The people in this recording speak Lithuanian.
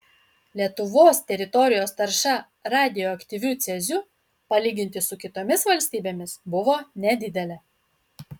lietuvos teritorijos tarša radioaktyviu ceziu palyginti su kitomis valstybėmis buvo nedidelė